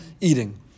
eating